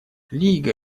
лига